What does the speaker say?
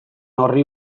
horri